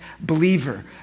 believer